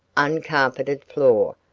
uncarpeted floor,